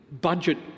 budget